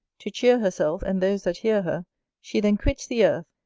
to cheer herself and those that hear her she then quits the earth,